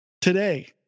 today